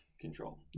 control